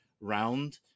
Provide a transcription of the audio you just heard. round